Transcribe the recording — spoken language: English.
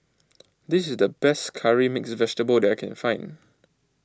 this is the best Curry Mixed Vegetable that I can find